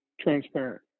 transparent